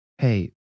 Hey